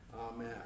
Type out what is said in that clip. Amen